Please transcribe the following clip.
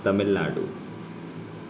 Tamil Nadu